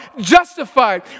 justified